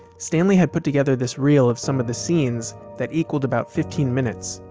stanley had put together this reel of some of the scenes that equaled about fifteen minutes.